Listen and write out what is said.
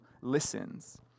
listens